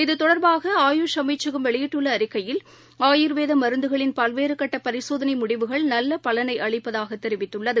இதுதொடர்பாக அமைச்சகம் வெளியிட்டுள்ளஅறிக்கையில் ஆயுர்வேதமருந்துகளின் பல்வேறுகட்டபரிசோதனைமுடிவுகள் நல்லபலனைஅளிப்பதாகதெரிவித்துள்ளது